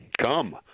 come